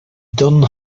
dunne